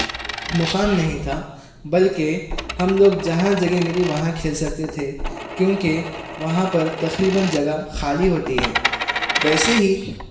مقام نہیں تھا بلکہ ہم لوگ جہاں جگہ ملی وہاں کھیل سکتے تھے کیونکہ وہاں پر تقریباً جگہ خالی ہوتی ہے ویسے ہی